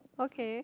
okay